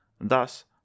thus